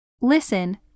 Listen